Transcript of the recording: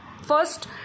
First